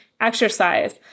exercise